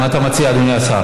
מה אתה מציע, אדוני השר?